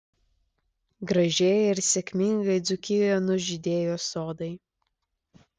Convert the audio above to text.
gražiai ir sėkmingai dzūkijoje nužydėjo sodai